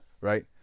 right